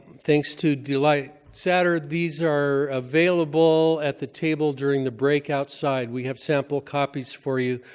thanks to delight satter, these are available at the table during the break outside. we have sample copies for you.